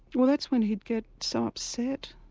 well that's when he'd get so upset,